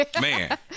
Man